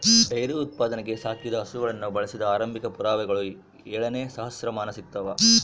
dairy ಉತ್ಪಾದನೆಗೆ ಸಾಕಿದ ಹಸುಗಳನ್ನು ಬಳಸಿದ ಆರಂಭಿಕ ಪುರಾವೆಗಳು ಏಳನೇ ಸಹಸ್ರಮಾನ ಸಿಗ್ತವ